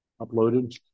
uploaded